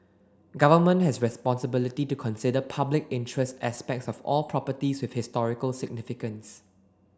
government has responsibility to consider public interest aspects of all properties with historical significance